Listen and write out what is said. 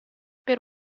per